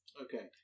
Okay